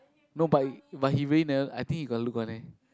no but he but he really never I think he got look one leh